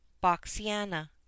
Boxiana